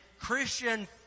Christian